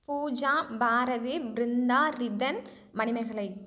Pooja Bharathi Brinda Ridhan Manimekalai